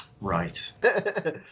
Right